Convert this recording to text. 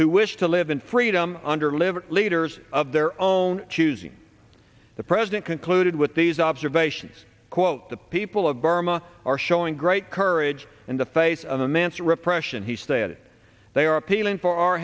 who wish to live in freedom under live leaders of their own choosing the president concluded with these observations quote the people of burma are showing great courage in the face of the mansour repression he stated they are appealing for our